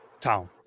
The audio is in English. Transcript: town